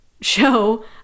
show